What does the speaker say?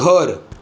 घर